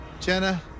Jenna